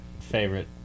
favorite